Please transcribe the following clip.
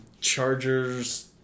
chargers